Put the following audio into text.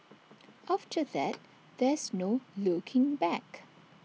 after that there's no looking back